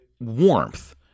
warmth